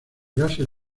gases